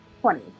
Twenty